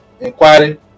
inquiry